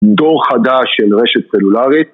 דור חדש של רשת סלולרית